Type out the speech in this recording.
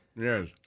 Yes